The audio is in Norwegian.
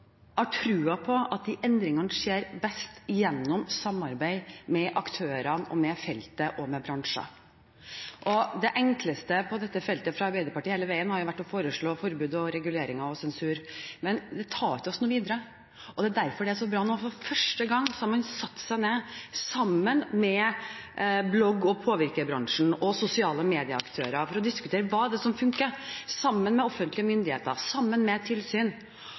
har tro på at de endringene skjer best gjennom samarbeid med aktørene, feltet og bransjene. Det enkleste på dette feltet har for Arbeiderpartiet hele veien vært å foreslå forbud, reguleringer og sensur, men det tar oss ikke videre. Derfor er det bra at man for første gang nå har satt seg ned sammen med bloggere, påvirkere, bransje og sosiale medieaktører for å diskutere hva det er som fungerer – sammen med offentlige myndigheter, sammen med tilsyn.